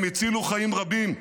הם הצילו חיים רבים.